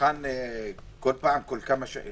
כל כמה שנים